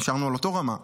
נשארנו על אותה רמה,